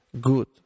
good